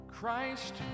Christ